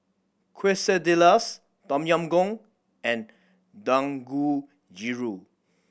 Quesadillas Tom Yam Goong and Dangojiru